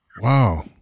Wow